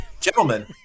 gentlemen